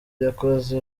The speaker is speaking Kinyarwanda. yakoze